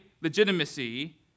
legitimacy